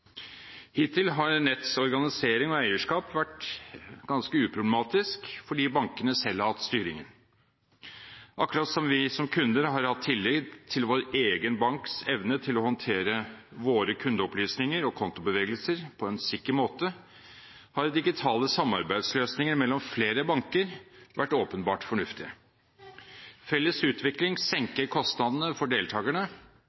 Hittil har Nets’ organisering og eierskap vært ganske uproblematisk fordi bankene selv har hatt styringen. Akkurat som vi som kunder har hatt tillit til vår egen banks evne til å håndtere våre kundeopplysninger og kontobevegelser på en sikker måte, har digitale samarbeidsløsninger mellom flere banker vært åpenbart fornuftig. Felles utvikling